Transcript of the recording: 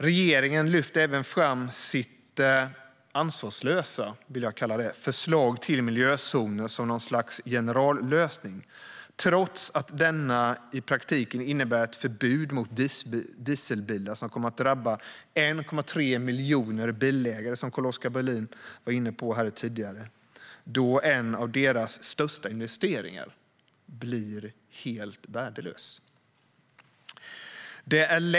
Regeringen lyfter även fram samt sitt, som jag vill kalla det, ansvarslösa förslag till miljözoner som något slags generallösning, trots att de i praktiken innebär ett förbud mot dieselbilar, vilket, som Carl-Oskar Bohlin var inne på, kommer att drabba 1,3 miljoner bilägare: En av deras största investeringar blir helt värdelös. Herr talman!